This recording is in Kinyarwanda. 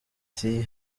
ati